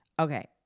Okay